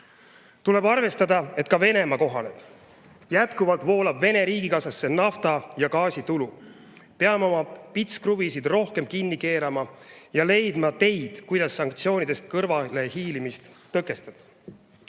Tuleb arvestada, et ka Venemaa kohaneb. Jätkuvalt voolab Vene riigikassasse nafta- ja gaasitulu. Peame oma pitskruvisid rohkem kinni keerama ja leidma teid, kuidas sanktsioonidest kõrvalehiilimist tõkestada.